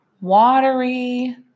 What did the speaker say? watery